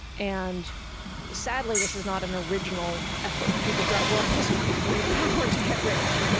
and sadly, this is not an original effort. people throughout world history have used power to get rich.